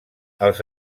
els